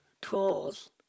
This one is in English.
tools